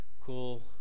cool